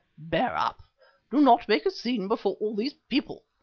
bear up do not make a scene before all these people.